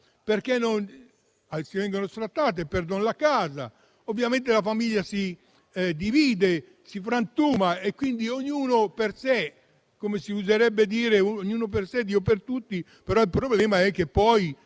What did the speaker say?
certo punto vengono sfrattate e perdono la casa. Ovviamente la famiglia si divide, si frantuma e quindi ognuno per sé. Come si suol dire, ognun per sé e Dio per tutti, ma il problema è che parliamo